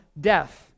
death